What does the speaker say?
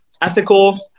ethical